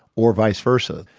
or vice versa,